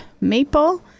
maple